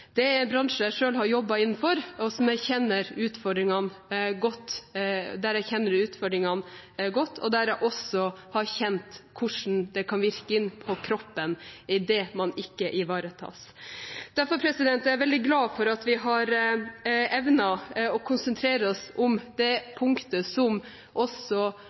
Det er en bransje jeg selv har jobbet innenfor, der jeg kjenner utfordringene godt, og der jeg også har kjent hvordan det kan virke inn på kroppen idet man ikke ivaretas. Derfor er jeg veldig glad for at vi har evnet å konsentrere oss om det punktet som også